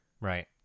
right